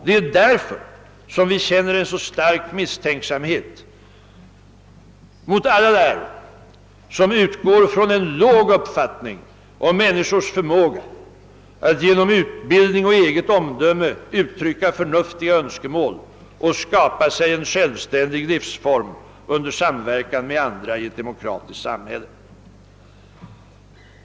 Det är därför som vi känner en så stark misstänksamhet mot alla dem som utgår från en låg uppfattning om människors förmåga att genom utbildning och eget omdöme uttrycka förnuftiga önskemål och skapa sig en självständig livsform under samverkan med andra i ett demokratiskt samhälle.